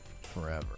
forever